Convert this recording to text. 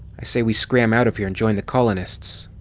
i say we scram out of here and join the colonists!